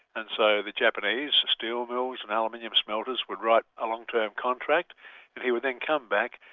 and so the japanese steel mills, and aluminium smelters would write a long-term contract and he would then come back,